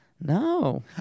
No